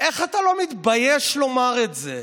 איך אתה לא מתבייש לומר את זה?